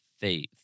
faith